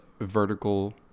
vertical